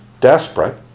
desperate